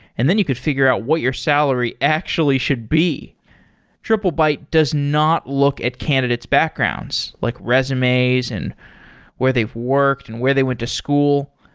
and then you could figure out what your salary actually should be triplebyte does not look at candidates' backgrounds, like resumes and where they've worked and where they went to school.